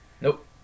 Nope